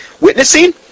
witnessing